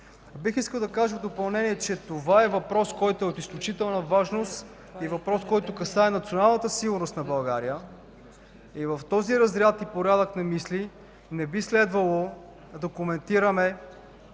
Бих искал да кажа в допълнение, че това е въпрос от изключителна важност, който касае националната сигурност на България. В този порядък на мисли не би следвало да коментираме